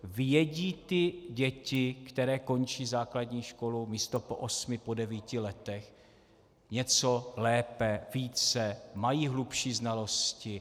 Vědí ty děti, které končí základní školu místo po osmi po devíti letech, něco lépe, více, mají hlubší znalosti?